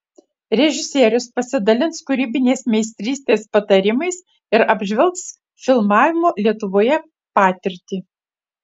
režisierius pasidalins kūrybinės meistrystės patarimais ir apžvelgs filmavimo lietuvoje patirtį